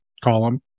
column